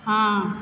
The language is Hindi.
हाँ